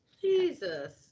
Jesus